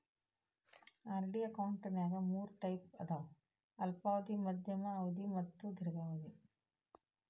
RD ಅಕೌಂಟ್ನ್ಯಾಗ ಮೂರ್ type ಅದಾವ ಅಲ್ಪಾವಧಿ ಮಾಧ್ಯಮ ಅವಧಿ ಮತ್ತ ದೇರ್ಘಾವಧಿ